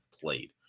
played